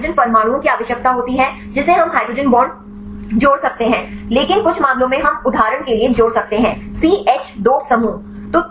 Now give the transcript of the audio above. तो हमें हाइड्रोजन परमाणुओं की आवश्यकता होती है जिसे हम हाइड्रोजन बांड जोड़ सकते हैं लेकिन कुछ मामलों में हम उदाहरण के लिए जोड़ सकते हैं सीएच 2 समूह